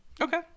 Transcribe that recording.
Okay